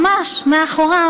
ממש מאחוריו.